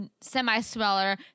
semi-sweller